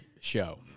show